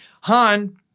Han